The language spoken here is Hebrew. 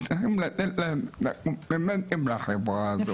וצריכים לתת להם --- לחברה הזאת.